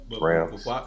Rams